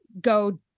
go